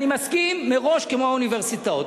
אני מסכים מראש כמו האוניברסיטאות.